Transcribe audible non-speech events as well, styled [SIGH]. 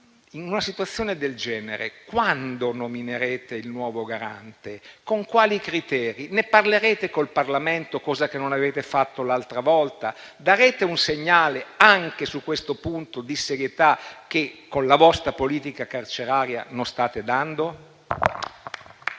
in una situazione del genere, quando nominerete il nuovo Garante, con quali criteri, ne parlerete col Parlamento, cosa che non avete fatto l'altra volta? Darete un segnale di serietà anche su questo punto che, con la vostra politica carceraria, non state dando? [APPLAUSE]